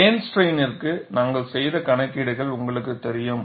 plane ஸ்ட்ரைனிற்கு plane strain நாங்கள் செய்த கணக்கீடுகள் உங்களுக்குத் தெரியும்